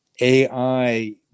AI